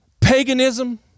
Paganism